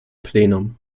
plenum